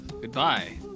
Goodbye